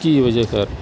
کی وجہ کر